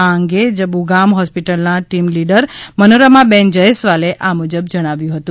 આ અંગે જબુગામ હોસ્પિટલના ટીમ લીડર મનોરમા બેન જયસ્વાલે આ મુજબ જણાવ્યું હતું